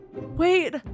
wait